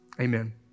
Amen